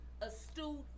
astute